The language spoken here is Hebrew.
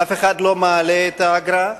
אף אחד לא מעלה את האגרה,